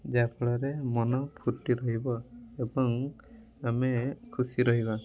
ଯାହାଫଳରେ ମନ ଫୂର୍ତ୍ତି ରହିବ ଏବଂ ଆମେ ଖୁସି ରହିବା